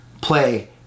play